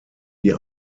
die